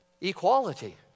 equality